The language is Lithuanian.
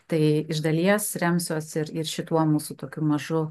tai iš dalies remsiuosi ir šituo mūsų tokiu mažu